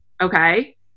Okay